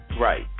Right